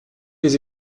les